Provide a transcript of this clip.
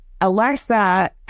Alexa